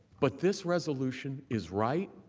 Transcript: but this resolution is right,